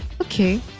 okay